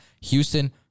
Houston